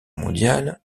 mondiale